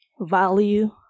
value